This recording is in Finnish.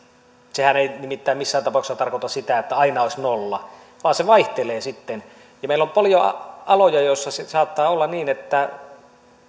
sehän ei nimittäin missään tapauksessa tarkoita sitä että aina olisi nolla vaan se vaihtelee sitten niin meillä on paljon aloja joissa saattaa olla niin että